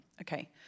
Okay